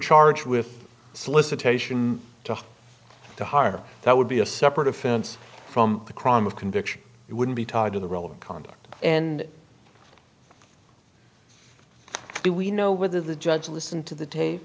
charged with solicitation to hire that would be a separate offense from the crime of conviction it would be tied to the relevant conduct and we know whether the judge listened to the tape